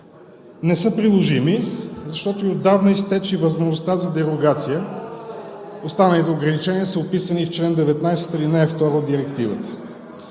не са приложими, защото отдавна изтече възможността за дерогация. Останалите ограничения са описани в чл. 19, ал. 2 от Директивата.